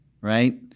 right